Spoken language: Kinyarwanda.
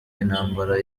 intambara